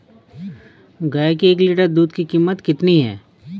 गाय के एक लीटर दूध की कीमत कितनी है?